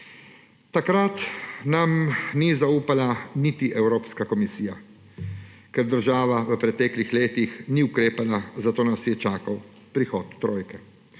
Takrat nam ni zaupala niti Evropska komisija, ker država v preteklih letih ni ukrepala, zato nas je čakal prihod trojke.